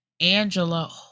Angela